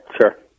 sure